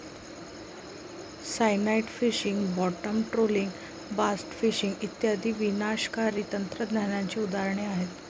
cyanide fishing, bottom trawling, blast fishing इत्यादी विनाशकारी तंत्रज्ञानाची उदाहरणे आहेत